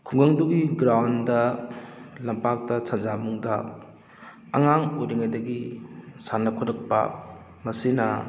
ꯈꯨꯡꯒꯪꯗꯨꯒꯤ ꯒ꯭ꯔꯥꯎꯟꯗ ꯂꯝꯄꯥꯛꯇ ꯁꯟꯖꯥꯕꯨꯡꯗ ꯑꯉꯥꯡ ꯑꯣꯏꯔꯤꯉꯩꯗꯒꯤ ꯁꯥꯟꯅ ꯈꯣꯔꯛꯄ ꯃꯁꯤꯅ